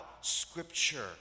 Scripture